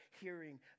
hearing